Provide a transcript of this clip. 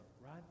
right